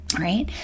right